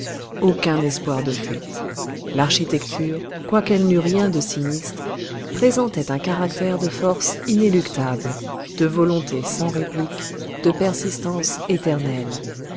aucun espoir de fuite l'architecture quoiqu'elle n'eût rien de sinistre présentait un caractère de force inéluctable de volonté sans réplique de persistance éternelle